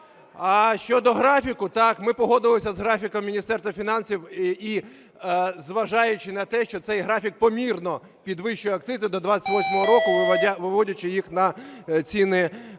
А щодо графіка, так, ми погодилися з графіком Міністерства фінансів. І зважаючи на те, що цей графік помірно підвищує акцизи до 28-го року, виводячи їх на ціни